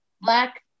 black